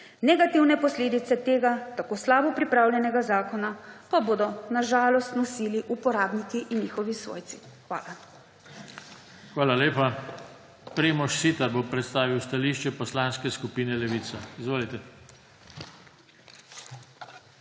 Negativne posledice tega tako slabo pripravljenega zakona pa bodo na žalost nosili uporabniki in njihovi svojci. Hvala. **PODPREDSEDNIK JOŽE TANKO:** Hvala lepa. Primož Siter bo predstavil stališče Poslanske skupine Levica. Izvolite.